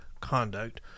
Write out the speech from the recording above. conduct